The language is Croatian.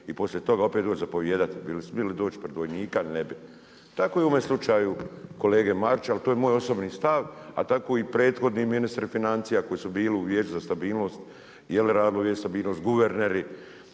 i poslije toga opet doć zapovijedat. Bi li smili doć' pred vojnika? Ne bi. Tako i u ovome slučaju kolege Marića, ali to je moj osobni stav, a tako i prethodni ministri financija koji su bili u Vijeću za stabilnost. …/Govornik se ne razumije./… guverneri,